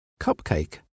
Cupcake